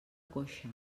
coixa